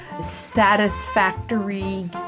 satisfactory